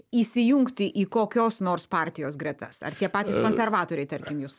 įsijungti į kokios nors partijos gretas ar tie patys konservatoriai tarkim jus